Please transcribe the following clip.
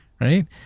Right